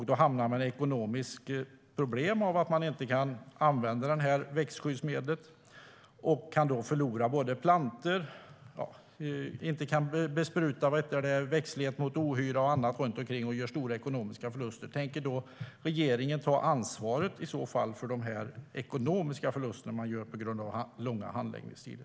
Då hamnar man i ekonomiska problem för att man inte kan använda växtskyddsmedlet. Man kan förlora plantor, och man kan inte bespruta växtlighet mot ohyra och annat och gör då stora ekonomiska förluster. Tänker regeringen ta ansvar för de ekonomiska förluster som görs på grund av långa handläggningstider?